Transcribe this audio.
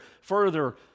further